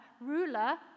ruler